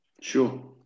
sure